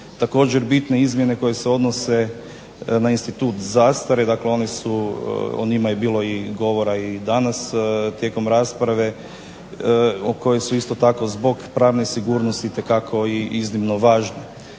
Također bitne izmjene koje se odnose na institut zastare, o njima je bilo govora i danas tijekom rasprave o kojoj su isto tako zbog pravne sigurnosti itekako iznimno važne.